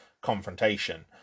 confrontation